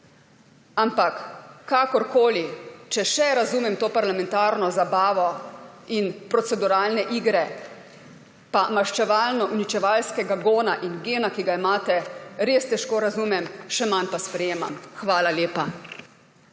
Ampak kakorkoli, če še razumem to parlamentarno zabavo in proceduralne igre, pa maščevalno uničevalskega gona in gena, ki ga imate, res težko razumem, še manj pa sprejemam. Hvala lepa.